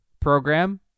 program